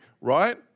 right